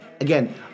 Again